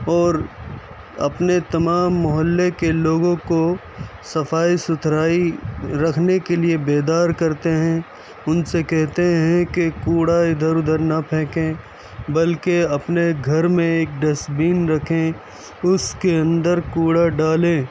اور اپنے تمام محلّے کے لوگوں کو صفائی ستھرائی رکھنے کے لیے بیدار کرتے ہیں اُن سے کہتے ہیں کہ کوڑا اِدھر اُدھر نہ پھینکیں بلکہ اپنے گھر میں ایک ڈسٹ بِن رکھیں اُس کے اندر کوڑا ڈالیں